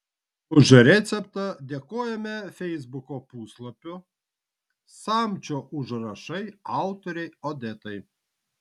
už receptą dėkojame feisbuko puslapio samčio užrašai autorei odetai